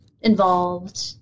involved